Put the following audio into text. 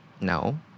No